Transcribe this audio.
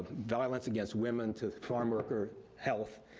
violence against women, to farm worker health,